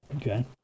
Okay